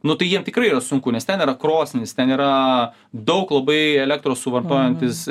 nu tai jiem tikrai yra sunku nes ten yra krosnis ten yra daug labai elektros suvartojantys